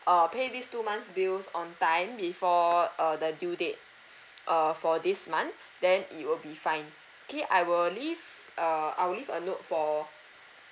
uh pay these two months bills on time before uh the due date uh for this month then it will be fine K I will leave uh I will leave a note for